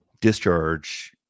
discharge